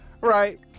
Right